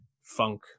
funk